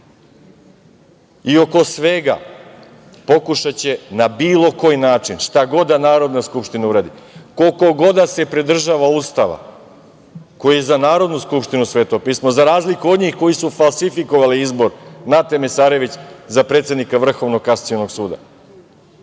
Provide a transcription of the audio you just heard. I, oko svega pokušaće na bilo koji način, šta god da Narodna skupština uradi, koliko god da se pridržava Ustava, koji je za Narodnu skupštinu sveto pismo za razliku od njih koji su falsifikovali izbor Nate Mesarević za predsednika Vrhovnog kasacionog suda.